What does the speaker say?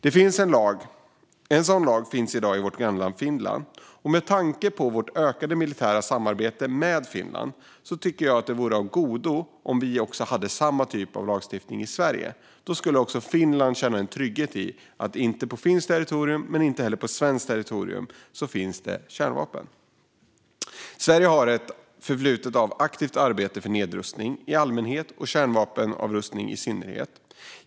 En sådan lag finns i dag i vårt grannland Finland, och med tanke på vårt ökade militära samarbete med Finland vore det av godo om vi i Sverige hade samma slags lagstiftning som de. Då skulle även Finland kunna känna en trygghet i att det inte vare sig på finskt eller svenskt territorium finns kärnvapen. Sverige har ett förflutet av aktivt arbete för nedrustning i allmänhet och kärnvapenavrustning i synnerhet.